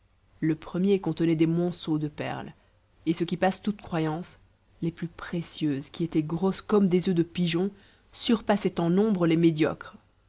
le premier contenait des monceaux de perles et ce qui passe toute croyance les plus précieuses qui étaient grosses comme des oeufs de pigeon surpassaient en nombre les médiocres